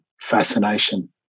fascination